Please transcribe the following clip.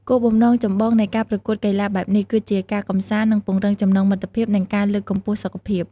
គោលបំណងចម្បងនៃការប្រកួតកីឡាបែបនេះ គឺជា ការកម្សាន្ត ការពង្រឹងចំណងមិត្តភាព និងការលើកកម្ពស់សុខភាព។